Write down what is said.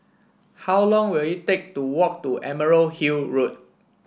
how long will it take to walk to Emerald Hill Road